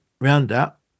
Roundup